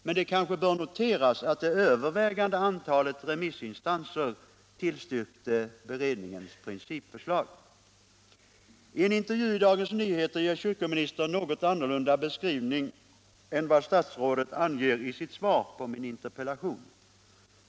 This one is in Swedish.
Men det kanske bör noteras att det övervägande antalet remissinstanser tillstyrkte beredningens principförslag. I en intervju i Dagens Nyheter ger kyrkoministern en något annorlunda beskrivning än i interpellationssvaret.